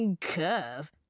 curve